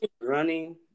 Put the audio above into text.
running